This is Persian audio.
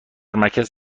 مرکز